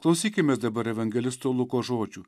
klausykimės dabar evangelisto luko žodžių